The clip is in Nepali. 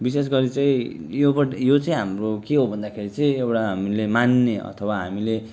विशेष गरी चाहिँ यो अब यो चाहिँ हाम्रो के हो भन्दाखेरि चाहिँ एउटा हामीले मान्ने अथवा हामीले